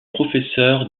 professeur